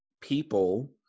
people